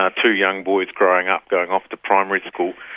ah two young boys growing up going off to primary school,